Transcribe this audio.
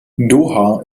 doha